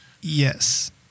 Yes